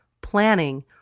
planning